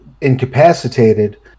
incapacitated